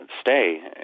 stay